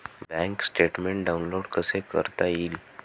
Bank statement download कसे करता येईल?